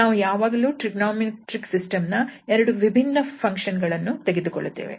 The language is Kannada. ನಾವು ಯಾವಾಗಲೂ ಟ್ರಿಗೊನೋಮೆಟ್ರಿಕ್ ಸಿಸ್ಟಮ್ ನ ಎರಡು ವಿಭಿನ್ನ ಫಂಕ್ಷನ್ ಗಳನ್ನು ತೆಗೆದುಕೊಳ್ಳುತ್ತೇವೆ